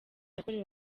yakorewe